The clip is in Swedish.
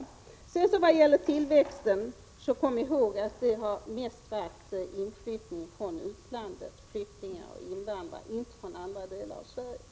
I vad gäller befolkningstillväxten måste man komma ihåg att den mest bestått av inflyttning från utlandet, inte från andra delar av Sverige.